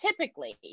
typically